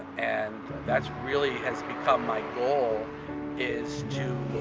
and that's really has become my goal is to